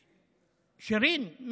שירין.